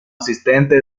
asistente